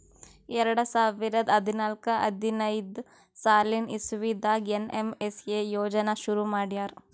ಎರಡ ಸಾವಿರದ್ ಹದ್ನಾಲ್ಕ್ ಹದಿನೈದ್ ಸಾಲಿನ್ ಇಸವಿದಾಗ್ ಏನ್.ಎಮ್.ಎಸ್.ಎ ಯೋಜನಾ ಶುರು ಮಾಡ್ಯಾರ್